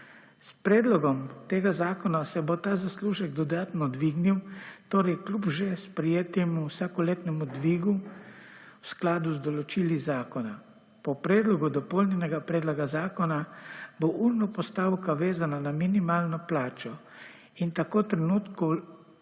S predlogom tega zakona se bo ta zaslužek dodatno dvignil, torej kljub že sprejetemu vsakoletnemu dvigu v skladu z določili zakona. Po predlogu dopolnjenega predloga zakona bo urna postavka vezana na minimalno plačo in tako trenutno